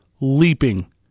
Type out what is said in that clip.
leaping